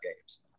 games